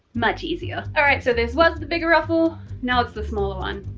much easier, all right, so this was the bigger ruffle now it's the smaller one.